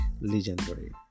Legendary